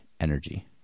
energy